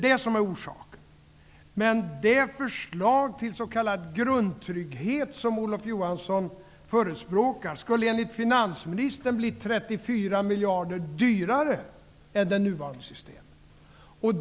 Det är orsaken. Men det förslag till s.k. grundtrygghet som Olof Johansson förespråkar skulle, enligt finansministern, bli 34 miljarder dyrare än det nuvarande systemet.